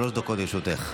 שלוש דקות לרשותך.